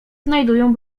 znajdują